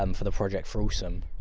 um for the project for awesome,